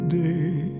day